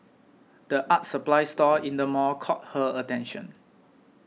the art supplies store in the mall caught her attention